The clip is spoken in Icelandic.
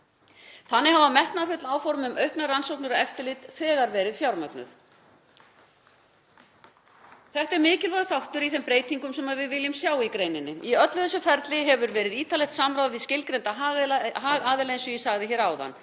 Þannig hafa metnaðarfull áform um auknar rannsóknir og eftirlit þegar verið fjármögnuð. Þetta er mikilvægur þáttur í þeim breytingum sem við viljum sjá í greininni. Í öllu þessu ferli hefur verið ítarlegt samráð við skilgreinda hagaðila eins og ég sagði áðan.